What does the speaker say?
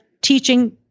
teaching